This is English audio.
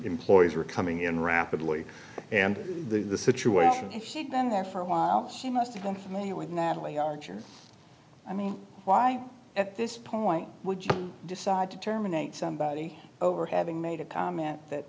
employees were coming in rapidly and the situation if she had been there for a while she must have been familiar with natalie archer i mean why at this point would you decide to terminate somebody over having made a comment that